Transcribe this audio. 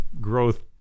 growth